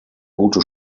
gute